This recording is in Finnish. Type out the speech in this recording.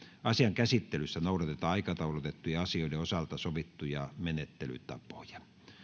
asian käsittelyssä noudatetaan aikataulutettujen asioiden osalta sovittuja menettelytapoja